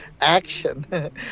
action